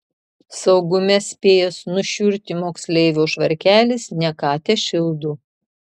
saugume spėjęs nušiurti moksleivio švarkelis ne ką tešildo